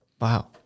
Wow